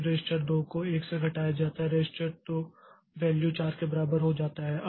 फिर रजिस्टर 2 को 1 से घटाया जाता है रजिस्टर 2 वैल्यू 4 के बराबर हो जाता है